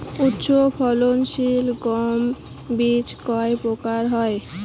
উচ্চ ফলন সিল গম বীজ কয় প্রকার হয়?